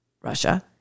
Russia